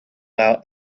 out